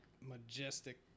majestic